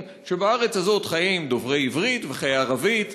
שבארץ הזאת חיים דוברי עברית ודוברי ערבית.